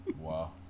wow